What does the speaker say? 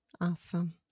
Awesome